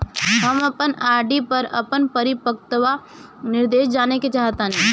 हम अपन आर.डी पर अपन परिपक्वता निर्देश जानेके चाहतानी